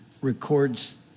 records